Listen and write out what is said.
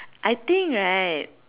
I think right